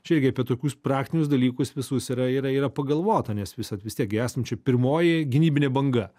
čia irgi apie tokius praktinius dalykus visus yra yra yra pagalvota nes visad vis tiek gi esam čia pirmoji gynybinė banga